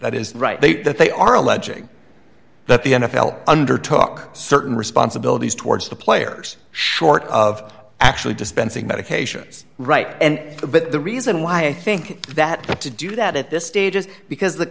that is right they that they are alleging that the n f l undertook certain responsibilities towards the players short of actually dispensing medications right and but the reason why i think that to do that at this stage is because